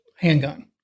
handgun